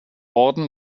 orden